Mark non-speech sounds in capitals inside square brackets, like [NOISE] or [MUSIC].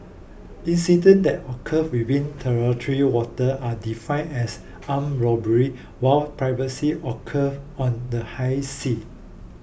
incidents that occur within territorial water are define as armed robbery while piracy occur [NOISE] on the high sea